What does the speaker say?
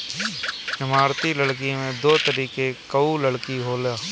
इमारती लकड़ी में दो तरीके कअ लकड़ी होला